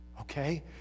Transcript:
okay